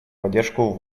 поддержку